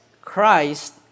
Christ